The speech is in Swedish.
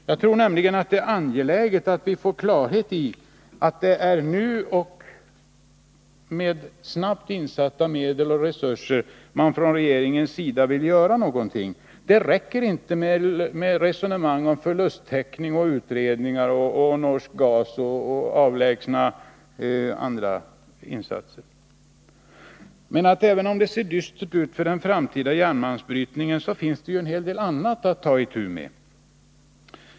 Jag tror nämligen det är angeläget att vi får klarhet i att det är nu och med snabbt insatta medel och resurser man från regeringens sida vill göra någonting. Det räcker inte med resonemang om förlusttäckning och utredningar och norsk gas och andra avlägsna insatser. Jag menar att även om det ser dystert ut nu för den framtida järnmalmsbrytningen, finns det dock annat att ta itu med.